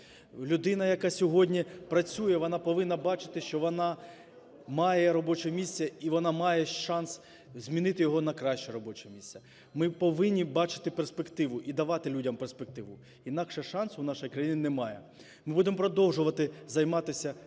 людина, яка сьогодні працює, вона повинна бачити, що вона має робоче місце і вона має шанс змінити його на краще робоче місце. Ми повинні бачити перспективу і давати людям перспективу, інакше шансу в нашої країни немає. Ми будемо продовжувати займатися цим